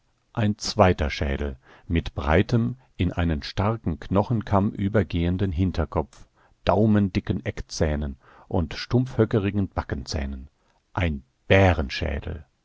ein zweiter schädel mit breitem in einen starken knochenkamm übergehenden hinterkopf daumendicken eckzähnen und stumpfhöckerigen backenzähnen ein